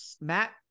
Matt